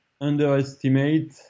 underestimate